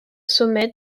sommet